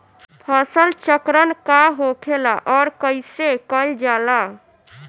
फसल चक्रण का होखेला और कईसे कईल जाला?